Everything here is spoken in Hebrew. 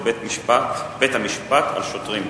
של חבר הכנסת אברהם מיכאלי: ביקורת של בית-המשפט על שוטרים.